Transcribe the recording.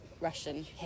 Russian